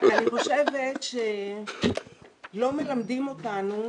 אני חושבת שלא מלמדים אותנו